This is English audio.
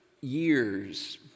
years